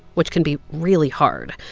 which can be really hard.